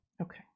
Okay